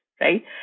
right